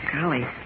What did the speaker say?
Golly